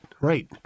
right